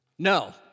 No